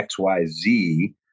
XYZ